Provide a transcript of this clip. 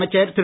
அமைச்சர் திரு